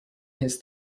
his